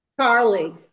Charlie